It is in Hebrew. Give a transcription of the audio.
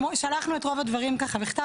שלחנו את רוב הדברים בכתב.